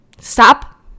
stop